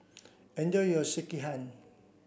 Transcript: enjoy your Sekihan